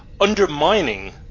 undermining